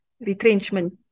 retrenchment